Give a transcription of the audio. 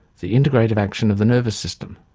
the integrative action of the nervous system.